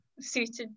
suited